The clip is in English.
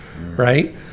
right